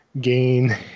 gain